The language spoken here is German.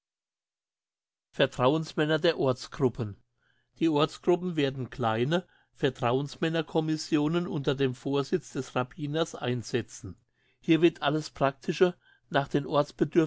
vertrauensmänner der ortsgruppen die ortsgruppen werden kleine vertrauensmänner commissionen unter dem vorsitz des rabbiners einsetzen hier wird alles praktische nach den